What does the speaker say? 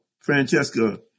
Francesca